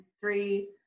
three